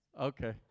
Okay